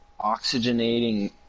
oxygenating